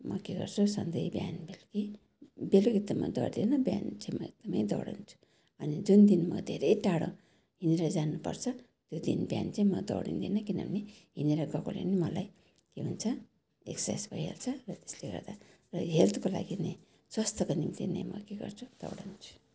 म के गर्छु सधैँ बिहान बेलुकी बेलुकी त म दौडिदिनँ बिहान चाहिँ म एकदमै दौडन्छु अनि जुन दिन म धेरै टाढो हिँडेर जानुपर्छ त्यो दिन बिहान चाहिँ म दौडिदिनँ किनभने हिँडेर गएकोले नै मलाई के भन्छ एक्साइस भइहाल्छ र त्यसले गर्दा र हेल्थको लागि नै स्वस्थ्यको निम्ति नै म के गर्छु दौडन्छु